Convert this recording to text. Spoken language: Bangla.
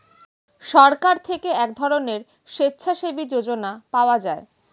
সরকার থেকে এক ধরনের স্বেচ্ছাসেবী যোজনা পাওয়া যায়